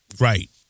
right